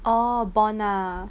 orh bond ah